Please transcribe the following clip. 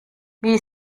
wie